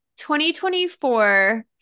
2024